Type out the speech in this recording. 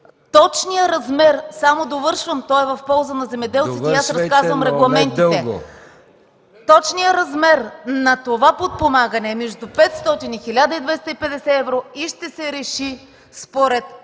Точният размер на това подпомагане е между 500 и 1250 евро и ще се реши според обема